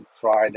Friday